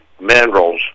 mandrels